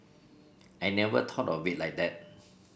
I never thought of it like that